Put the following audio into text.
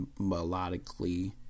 melodically